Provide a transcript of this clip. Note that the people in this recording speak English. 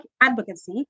advocacy